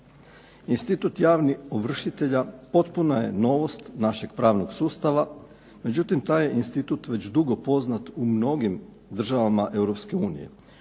Institut javnih ovršitelja potpuna je novost našeg pravnog sustava, međutim taj je institut već dugo poznat u mnogim državama